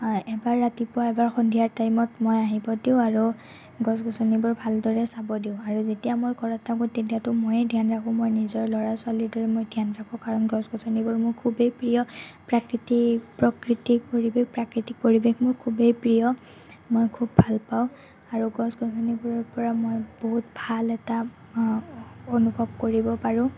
এবাৰ ৰাতিপুৱা এবাৰ সন্ধিয়া টাইমত মই আহিব দিওঁ আৰু গছ গছনিবোৰ ভালদৰে চাব দিওঁ আৰু যেতিয়া মই ঘৰত থাকোঁ তেতিয়াতো মইয়ে ধ্যান ৰাখোঁ মই নিজৰ ল'ৰা ছোৱালীৰ দৰে মই ধ্যান ৰাখোঁ কাৰণ গছ গছনি খুবেই প্ৰিয় প্ৰাকৃতিক প্ৰকৃতিক পৰিৱেশ প্ৰাকৃতিক পৰিৱেশ মোৰ খুবেই প্ৰিয় মই খুব ভাল পাওঁ আৰু গছ গছনিবোৰৰ পৰা মই বহুত ভাল এটা অনুভৱ কৰিব পাৰোঁ